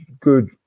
good